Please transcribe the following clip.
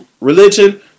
religion